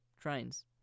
trains